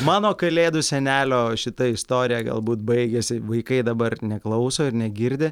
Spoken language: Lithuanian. mano kalėdų senelio šita istorija galbūt baigėsi vaikai dabar neklauso ir negirdi